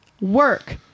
work